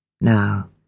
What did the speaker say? now